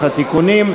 59,